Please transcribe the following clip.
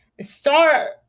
start